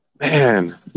Man